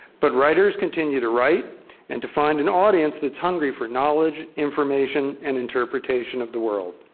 but writers continue to write and to find an audience that's hungry for knowledge, information, and interpretation of the world.